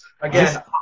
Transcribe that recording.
Again